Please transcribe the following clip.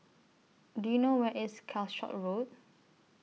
Do YOU know Where IS Calshot Road